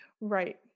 Right